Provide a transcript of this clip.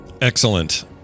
excellent